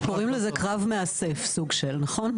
קוראים לזה קרב מאסף, סוג של, נכון?